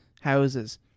houses